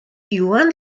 iwan